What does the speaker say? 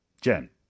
Jen